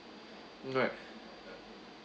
alright